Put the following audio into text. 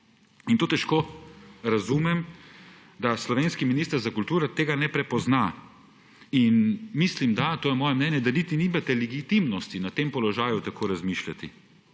želite. Težko razumem, da slovenski minister za kulturo tega ne prepozna. Mislim, to je moje mnenje – da niti nimate legitimnosti na tem položaju tako razmišljati.